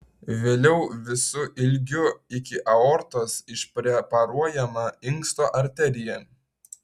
vėliau visu ilgiu iki aortos išpreparuojama inksto arterija